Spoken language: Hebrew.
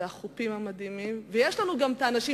והחופים המדהימים, ויש לנו גם את האנשים.